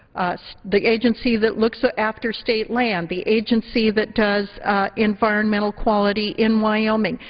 so the agency that looks so after state land, the agency that does environmental quality in wyoming,